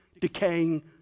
decaying